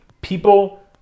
people